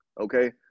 okay